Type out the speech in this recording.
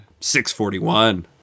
641